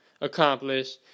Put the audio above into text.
accomplish